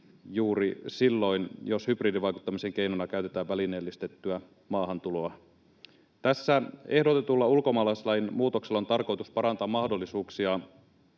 juuri silloin, jos hybridivaikuttamisen keinona käytetään välineellistettyä maahantuloa. Tässä ehdotetulla ulkomaalaislain muutoksella on tarkoitus parantaa mahdollisuuksia